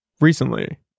recently